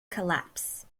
collapse